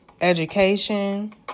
education